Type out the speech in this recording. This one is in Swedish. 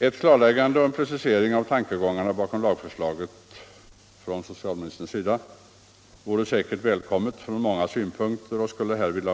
Det skulle ur många synpunkter vara värdefullt om socialministern ville klarlägga och precisera tankegångarna bakom lagförslaget. Det skulle säkerligen